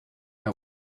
out